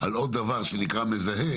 על עוד דבר שנקרא מזהה,